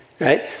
Right